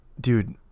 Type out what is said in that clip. dude